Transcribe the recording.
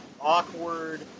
awkward